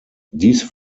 dies